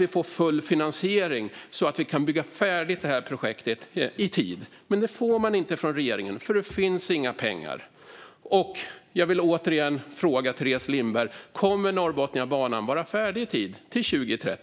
vi får full finansiering, så att vi kan bygga färdigt det här projektet i tid! Men det får man inte från regeringen, för det finns inga pengar. Jag vill återigen fråga Teres Lindberg: Kommer Norrbotniabanan att vara färdig i tid, till 2030?